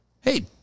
hey